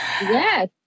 Yes